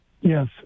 Yes